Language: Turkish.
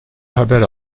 haber